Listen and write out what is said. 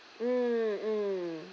mm mm